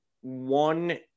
one-